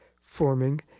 forming